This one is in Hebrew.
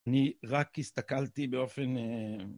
אני רק הסתכלתי באופן...